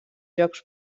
jocs